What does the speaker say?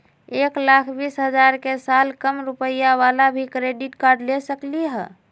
एक लाख बीस हजार के साल कम रुपयावाला भी क्रेडिट कार्ड ले सकली ह?